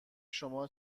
شما